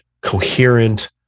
coherent